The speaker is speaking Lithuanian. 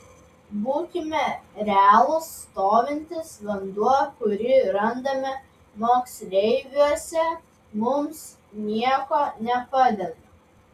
būkime realūs stovintis vanduo kurį randame moksleiviuose mums nieko nepadeda